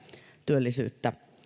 työllisyyttä